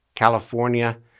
California